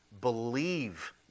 Believe